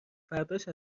فرداش